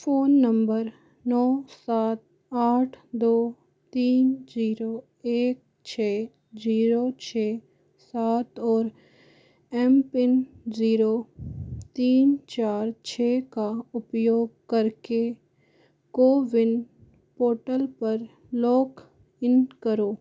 phone number नौ सात आठ दो तीन ज़ीरो एक छः ज़ीरो छः सात और एम पिन जीरो तीन चार छः का उपयोग करके कोविन पोर्टल पर लॉकइन करो